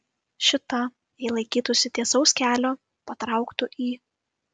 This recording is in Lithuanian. šita jei laikytųsi tiesaus kelio patrauktų į